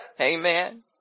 Amen